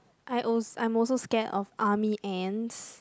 I als~ I'm also scared of army ants